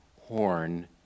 horn